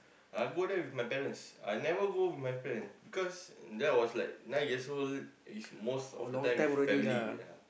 I go there with my parents I never go with my friend because that was like nine years old it's most of the time with family ya